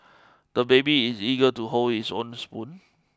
the baby is eager to hold his own spoon